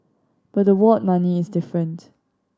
but the ward money is different